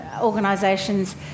organisations